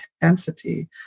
intensity